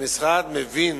המשרד מבין